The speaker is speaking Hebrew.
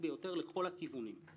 לא רק בציבור אלא גם בתוך הממשלה עצמה.